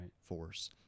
force